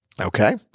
Okay